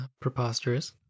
preposterous